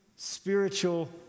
Spiritual